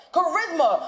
Charisma